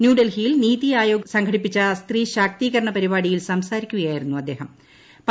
ന്യൂഡൽഹിയിൽ നിതി അയോഗ് സംഘടിപ്പിച്ച സ്ത്രീ ശാക്തീകരണ പരിപാടിയിൽ സംസാരിക്കുകയായിരുന്നു അദ്ദേഹം